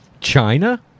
China